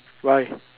why